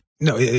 No